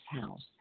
house